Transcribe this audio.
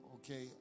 Okay